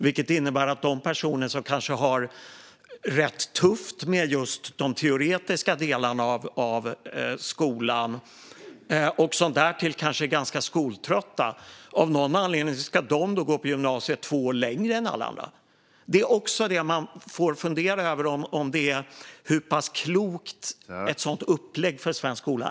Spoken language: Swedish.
Det innebär att de personer som kanske har det rätt tufft med just de teoretiska delarna av skolan, och därtill kanske är ganska skoltrötta, av någon anledning ska gå på gymnasiet två år längre än alla andra. Man får fundera över hur pass klokt ett sådant upplägg för svensk skola är.